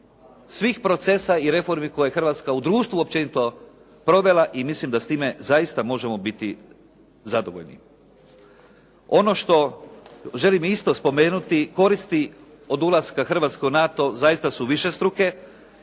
svih procesa i reformi koje Hrvatska u društvu općenito provela i mislim da s time zaista možemo biti zadovoljni. Ono što želim isto spomenuti koristi od ulaska Hrvatske u NATO zaista su višestruke,